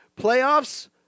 Playoffs